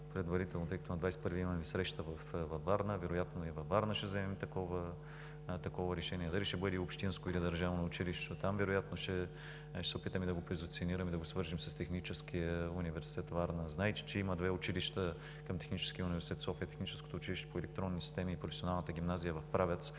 предварително, тъй като на 21 май 2019 г. имаме среща във Варна, вероятно и във Варна ще вземем такова решение, дали ще бъде общинско или държавно училище, защото там вероятно ще се опитаме да го позиционираме, да го свържем с Техническия университет – Варна. Знаете, че има две училища: към Техническия университет София – Техническото училище по електронни системи, и Професионалната гимназия в Правец,